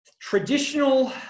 Traditional